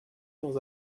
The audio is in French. dans